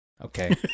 Okay